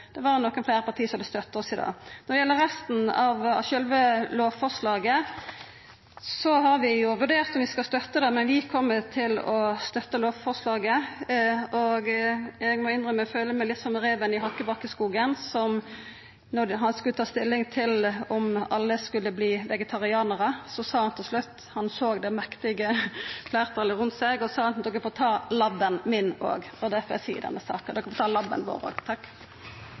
det var nokre fleire parti som hadde støtta oss i dag. Når det gjeld resten av sjølve lovforslaget, har vi vurdert om vi skal støtta det. Vi kjem til å støtta lovforslaget, men eg må innrømma at eg føler meg litt som reven i Hakkebakkeskogen da han skulle ta stilling til om alle skulle verta vegetarianarar. Han såg det mektige fleirtalet rundt seg, og sa til slutt: De får ta labben min òg. Og det får eg seia i denne saka: De får ta labben vår